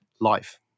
life